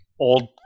old